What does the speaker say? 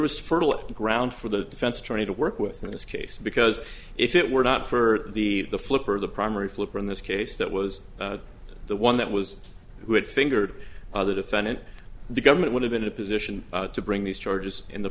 fertile ground for the defense attorney to work with in this case because if it were not for the the flipper the primary flipper in this case that was the one that was who had fingered other defendant the government would have been in a position to bring these charges in the